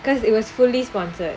'because it was fully sponsored